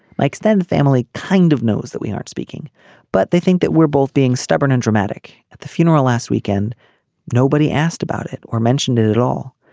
my extended family kind of knows that we aren't speaking but they think that we're both being stubborn and dramatic. at the funeral last weekend nobody asked about it or mentioned it at all.